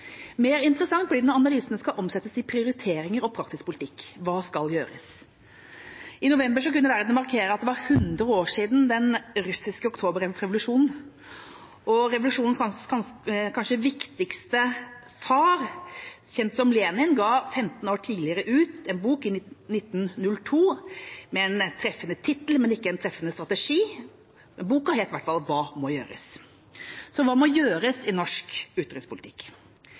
Mer interessant blir det når analysene skal omsettes i prioriteringer og praktisk politikk. Hva skal gjøres? I november kunne verden markere at det var 100 år siden den russiske oktoberrevolusjonen. Revolusjonens kanskje viktigste far, Lenin, ga 15 år tidligere, i 1902, ut en bok med en treffende tittel, men ikke en treffende strategi. Boka het i hvert fall «Hva må gjøres?» Så, hva må gjøres i norsk utenrikspolitikk?